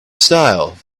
style